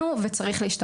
את כשחקנית נבחרת כדורסל,